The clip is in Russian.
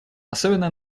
особенно